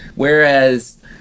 Whereas